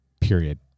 period